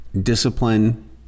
discipline